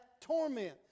torment